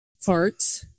farts